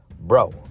Bro